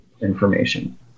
information